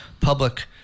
public